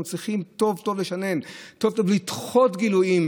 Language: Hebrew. אנחנו צריכים טוב טוב לשנן וטוב טוב לדחות גילויים